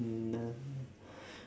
என்ன:enna